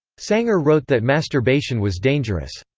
sanger wrote that masturbation was dangerous.